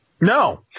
No